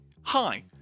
Hi